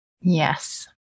Yes